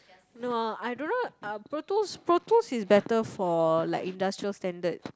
no I don't know uh Proteus Proteus is better for like industrial standard